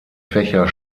fächer